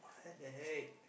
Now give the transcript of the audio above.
what the heck